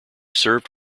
served